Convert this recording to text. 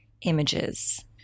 Images